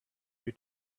you